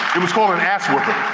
it was called an ass whoopin'.